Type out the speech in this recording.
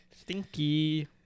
stinky